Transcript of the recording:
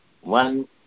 one